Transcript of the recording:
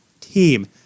team